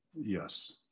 Yes